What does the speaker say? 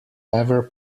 ever